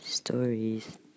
stories